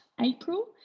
April